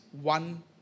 one